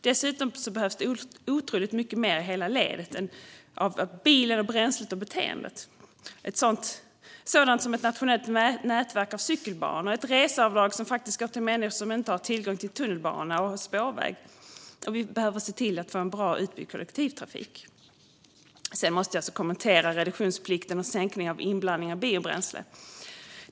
Dessutom behövs så otroligt mycket mer i hela ledet av "bilen, bränslet och beteendet", det vill säga sådant som ett nationellt nätverk av cykelbanor, ett reseavdrag som faktiskt går till människor som inte har tillgång till tunnelbana och spårväg samt en bra utbyggd kollektivtrafik. Sedan måste jag kommentera reduktionsplikten och sänkningen av inblandningen av biobränsle.